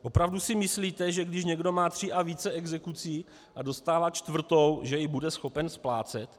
Opravdu si myslíte, že když někdo má tři a více exekucí a dostává čtvrtou, že ji bude schopen splácet?